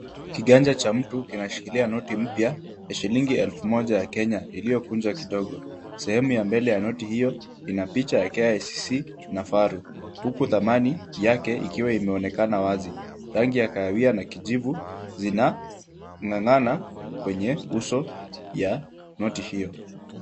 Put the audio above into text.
Kiganja cha mtu kinashikilia noti mpya ya shilingi elfu moja ya Kenya iliyokunjwa kidogo. Sehemu ya mbele ya noti hiyo ina picha ya KICC na kifaru. Huku thamani yake ikiwa imeonekana wazi. Rangi ya kahawia na kijivu zinang'ang'ana kwenye uso ya noti hiyo.